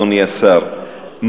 אדוני השר,